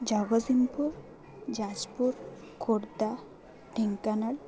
Jagatsinghpur Jajpur Khordha Dhenkanal